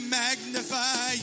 magnify